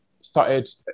started